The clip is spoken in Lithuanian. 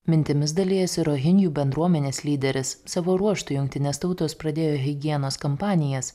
mintimis dalijasi rohinjų bendruomenės lyderis savo ruožtu jungtinės tautos pradėjo higienos kampanijas